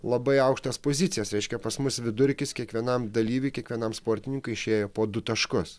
labai aukštas pozicijas reiškia pas mus vidurkis kiekvienam dalyviui kiekvienam sportininkui išėjo po du taškus